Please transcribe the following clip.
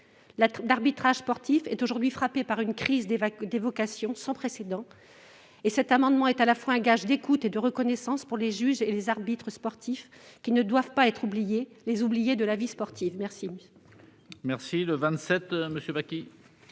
l'arbitrage sportif est frappé par une crise des vocations sans précédent, cet amendement est à la fois gage d'écoute et de reconnaissance pour les juges et les arbitres sportifs, qui ne doivent pas être les oubliés de la vie sportive. L'amendement n° 27, présenté